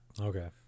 Okay